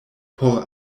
por